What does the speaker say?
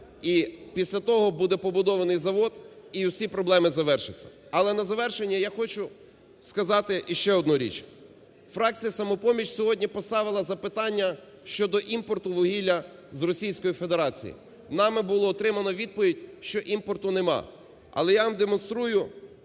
і після того буде побудований завод, і всі проблеми завершаться. Але на завершення я хочу сказати і ще одну річ. Фракція "Самопоміч" сьогодні поставила запитання щодо імпорту вугілля з Російської Федерації. Нами було отримано відповідь, що імпорту нема. Але я вам демонструю